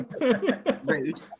Rude